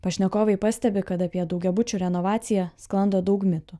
pašnekovai pastebi kad apie daugiabučių renovaciją sklando daug mitų